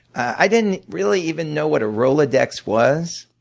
i didn't really even know what a rolodex was.